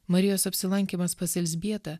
marijos apsilankymas pas elzbietą